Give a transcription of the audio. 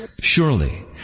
Surely